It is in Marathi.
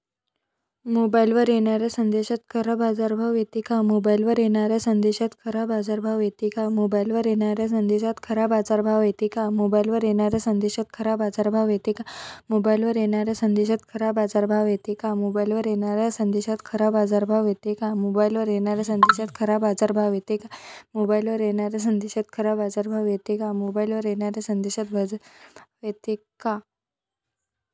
मोबाईलवर येनाऱ्या संदेशात खरा बाजारभाव येते का?